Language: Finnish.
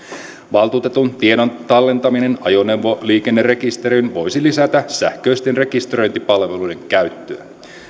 valtuutetun tiedon tallentaminen ajoneuvoliikennerekisteriin voisi lisätä sähköisten rekisteröintipalveluiden käyttöä